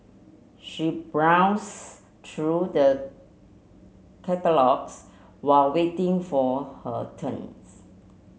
she browse through the catalogues while waiting for her turn